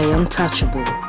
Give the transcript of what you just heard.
Untouchable